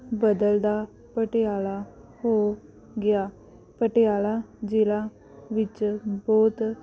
ਬਦਲਦਾ ਪਟਿਆਲਾ ਹੋ ਗਿਆ ਪਟਿਆਲਾ ਜਿਲ੍ਹਾ ਵਿੱਚ ਬਹੁਤ